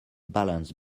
balance